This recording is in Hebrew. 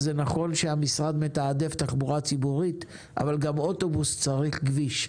נכון שהמשרד מתעדף תחבורה ציבורית אבל גם אוטובוס צריך כביש.